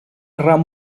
ram